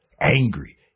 angry